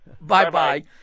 Bye-bye